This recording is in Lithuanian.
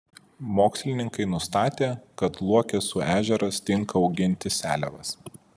mokslininkai nustatė kad luokesų ežeras tinka auginti seliavas